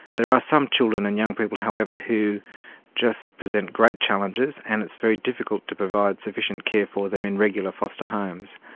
there are some children and young people however who just present great challenges and it's very difficult to provide sufficient care for them in regular foster homes.